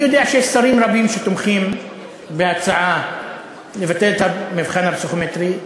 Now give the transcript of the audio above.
אני יודע ששרים רבים תומכים בהצעה לבטל את המבחן הפסיכומטרי.